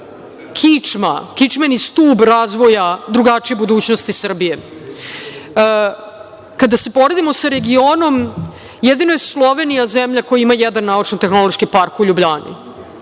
kičma, kičmeni stub razvoja drugačije budućnosti Srbije. Kada se poredimo sa regionom jedino je Slovenija zemlja koja ima jedan naučno-tehnološki park u Ljubljani.